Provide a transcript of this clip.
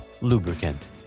Lubricant